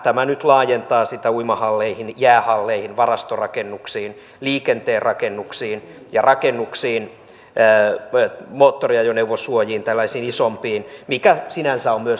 tämä nyt laajentaa sitä uimahalleihin jäähalleihin varastorakennuksiin liikenteen rakennuksiin ja moottoriajoneuvosuojiin tällaisiin isompiin rakennuksiin mikä sinänsä on myös turhaa